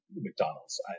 McDonald's